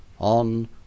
On